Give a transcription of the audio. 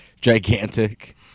gigantic